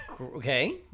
Okay